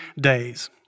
days